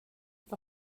för